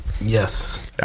Yes